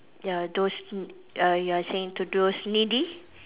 ya those n~ uh you are saying to those needy